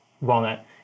walnut